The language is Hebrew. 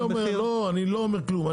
אני לא אומר כלום.